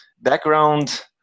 background